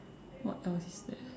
what else is there